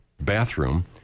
bathroom